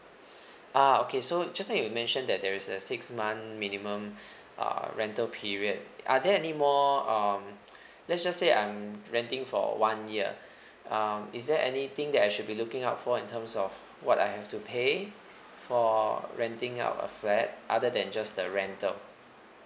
ah okay so just now you mentioned that there is a six month minimum uh rental period are there any more um let's just say I'm renting for one year um is there anything that I should be looking out for in terms of what I have to pay for renting out a flat other than just the rental